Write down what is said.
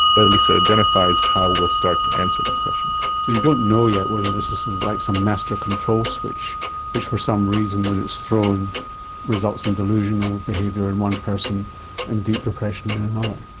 but at least it identifies how we will start to answer that question. so you don't know yet whether this this is like some master control switch which for some reason when it's thrown results in delusional behaviour in one person and deep depression in another.